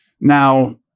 Now